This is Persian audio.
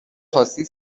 خواستی